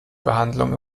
behandlung